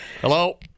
Hello